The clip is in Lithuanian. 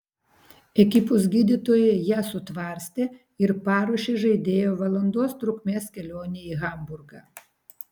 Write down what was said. ekipos gydytojai ją sutvarstė ir paruošė žaidėją valandos trukmės kelionei į hamburgą